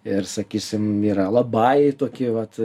ir sakysim yra labai tokie vat